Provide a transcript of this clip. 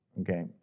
okay